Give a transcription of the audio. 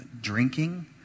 drinking